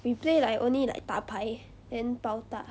we play like only like 打牌 and 包大